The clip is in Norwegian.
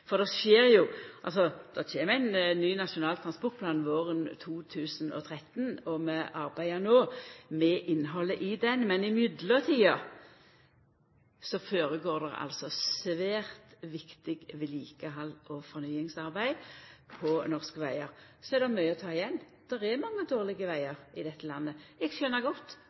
kjem ein ny nasjonal transportplan våren 2013. Vi arbeider no med innhaldet i den planen, men i mellomtida føregår det altså svært viktig vedlikehald og fornyingsarbeid på norske vegar. Det er mykje å ta igjen. Det er mange dårlege vegar i dette landet. Eg skjønar godt